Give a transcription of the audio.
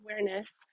awareness